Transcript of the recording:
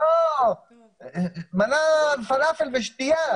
מנה פלאפל ושתייה.